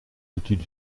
outils